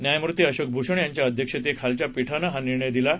न्यायामूर्ती अशोक भूषण यांच्या अध्यक्षते खालच्या पीठानं हा निर्णय दिला आहे